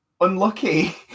unlucky